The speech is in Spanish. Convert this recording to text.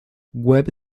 web